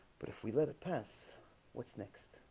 but if we let it pass what's next